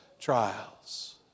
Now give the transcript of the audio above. trials